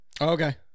Okay